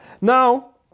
Now